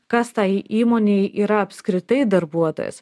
kas tai įmonei yra apskritai darbuotojas